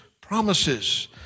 promises